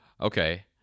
Okay